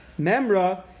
memra